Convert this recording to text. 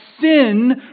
sin